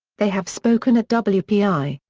they have spoken at but wpi,